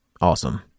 Awesome